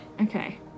okay